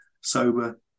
sober